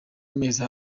amezi